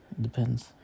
Depends